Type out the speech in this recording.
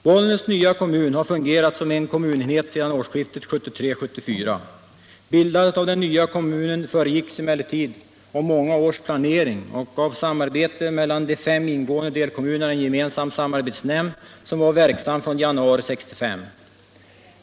Bollnäs nya kommun har nu fungerat som en kommunenhet sedan årsskiftet 1973-1974. Bildandet av den nya kommunen föregicks emellertid av många års planering och samarbete mellan de fem ingående delkommunerna i en gemensam samarbetsnämnd, som var verksam från januari 1965.